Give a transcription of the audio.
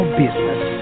business